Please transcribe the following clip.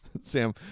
Sam